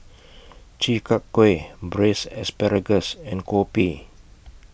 Chi Kak Kuih Braised Asparagus and Kopi